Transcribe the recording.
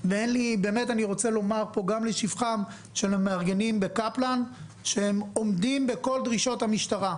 רוצה לומר פה גם לשבחם של המארגנים בקפלן שהם עומדים בכל דרישות המשטרה.